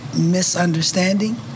misunderstanding